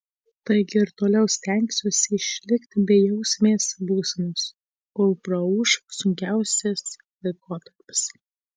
taigi ir toliau stengsiuosi išlikti bejausmės būsenos kol praūš sunkiausias laikotarpis